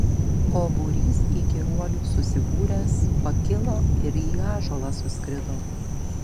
o būrys įkyruolių susibūręs pakilo ir į ąžuolą suskrido